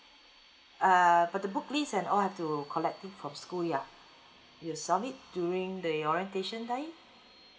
uh for the book list and all have to collect it from school ya you submit during the orientation time